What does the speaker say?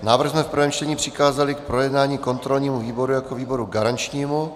Návrh jsme v prvém čtení přikázali k projednání kontrolnímu výboru jako výboru garančnímu.